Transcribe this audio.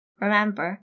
Remember